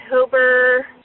October